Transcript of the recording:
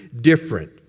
different